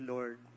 Lord